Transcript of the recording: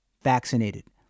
vaccinated